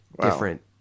different